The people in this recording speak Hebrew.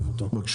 טוב.